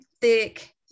thick